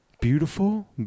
Beautiful